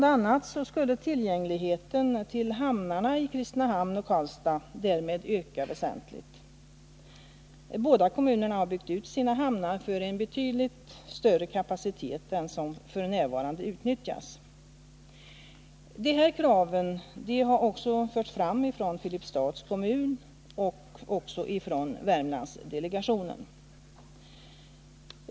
a. skulle tillgängligheten till hamnarna i Kristinehamn och Karlstad därmed öka väsentligt. Båda kommunerna har byggt sina hamnar för en betydligt större kapacitet än den som f. n. utnyttjas. Dessa krav har också förts fram från Filipstads kommun och från Värmlandsdelegationen.